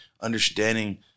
understanding